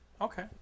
Okay